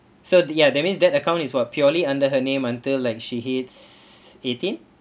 so the uh that means that account is for purely under her name until like she hits eighteen